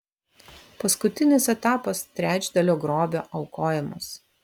paskutinis etapas trečdalio grobio aukojimas